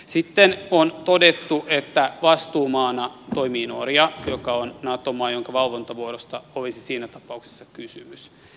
sitten on todettu että vastuumaana toimii norja joka on nato maa jonka valvontavuorosta olisi siinä tapauksessa kysymys